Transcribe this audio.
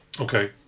Okay